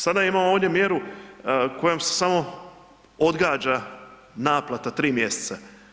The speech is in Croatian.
Sada imamo ovdje mjeru kojom se samo odgađa naplata 3 mjeseca.